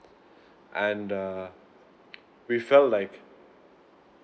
and err we felt like